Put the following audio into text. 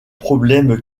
problèmes